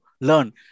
learn